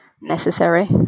necessary